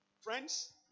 friends